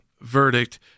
verdict